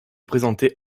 présenté